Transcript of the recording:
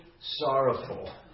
sorrowful